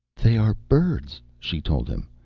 they are birds, she told him.